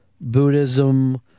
Buddhism